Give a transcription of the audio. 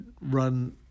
run